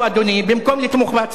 במקום לתמוך בהצעה הזאת,